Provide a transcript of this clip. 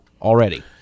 already